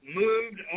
moved